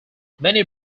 many